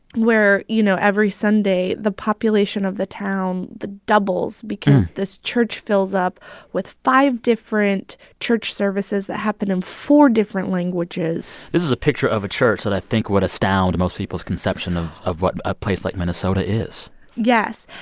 where, you know, every sunday, the population of the town doubles because this church fills up with five different church services that happen in four different languages this is a picture of a church that i think would astound most people's conception of of what a place like minnesota is yes.